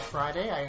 Friday